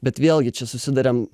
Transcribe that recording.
bet vėlgi čia susiduriam